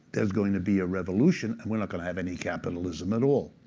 there's going to be a revolution and we're not going to have any capitalism at all.